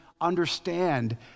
understand